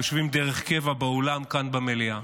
יושבים דרך קבע באולם כאן במליאה.